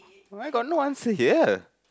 why got no answer here